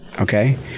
Okay